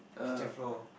kitchen floor